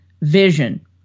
Vision